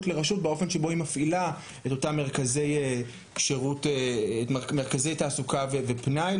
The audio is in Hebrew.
לרשות באופן שבו הן מפעילות את אותם מרכזי תעסוקה ופנאי.